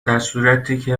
درصورتیکه